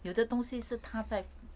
有的东西是她在